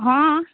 हँ